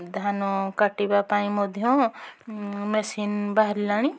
ଧାନ କାଟିବା ପାଇଁ ମଧ୍ୟ ମେସିନ୍ ବାହାରିଲାଣି